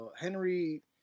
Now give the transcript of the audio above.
Henry